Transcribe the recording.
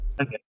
okay